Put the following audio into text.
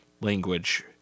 language